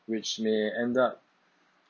which may end up